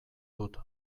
dut